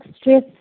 stress